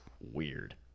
weird